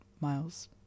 miles